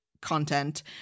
content